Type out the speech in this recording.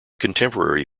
contemporary